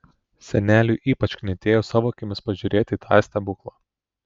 seneliui ypač knietėjo savo akimis pažiūrėti į tą stebuklą